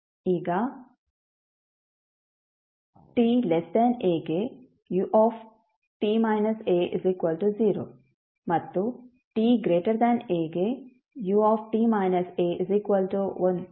ಈಗ t a ಗೆ ut − a 0 ಮತ್ತು t a ಗೆ ut − a 1 ಆಗಿದೆ